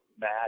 Matt